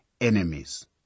enemies